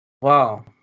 Wow